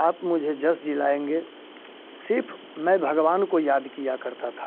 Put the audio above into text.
आप मुझे जिलाएंगे सिर्फ मैं भगवान को याद किया करता था